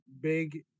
big